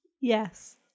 Yes